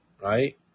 Right